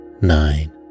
nine